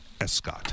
Escott